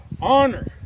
honor